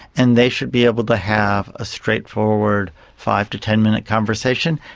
and they should be able to have a straightforward five to ten minute conversation,